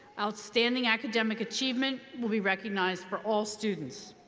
outstanding academic achievement will be recognized for all students.